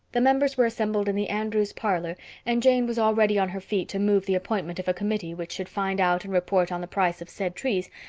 the members were assembled in the andrews' parlor and jane was already on her feet to move the appointment of a committee which should find out and report on the price of said trees,